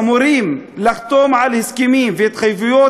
אמורים לחתום על הסכמים והתחייבויות